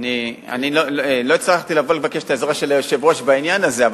לא הצטרכתי לבוא לבקש את העזרה של היושב-ראש בעניין הזה,